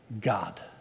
God